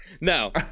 no